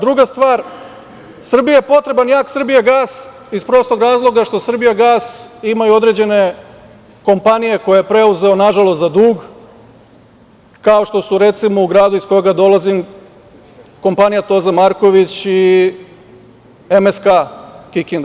Druga stvar, Srbiji je potreban jak "Srbijagas", iz prostog razloga što "Srbijagas", imaju određene kompanije koje je preuzeo na žalost za dug, kao što su recimo u gradu, iz koga dolazim, kompanija " Toza Marković", i MSK Kikinda.